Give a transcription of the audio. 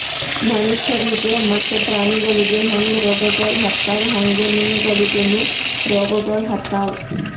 ಮನುಷ್ಯರಿಗ್ ಮತ್ತ ಪ್ರಾಣಿಗೊಳಿಗ್ ಹ್ಯಾಂಗ್ ರೋಗಗೊಳ್ ಆತವ್ ಹಂಗೆ ಮೀನುಗೊಳಿಗನು ರೋಗಗೊಳ್ ಆತವ್